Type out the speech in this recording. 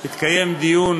התקיים דיון